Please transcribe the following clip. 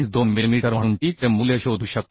2 millimetre म्हणून ta चे मूल्य शोधू शकतो